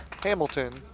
Hamilton